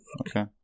Okay